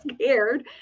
scared